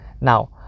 Now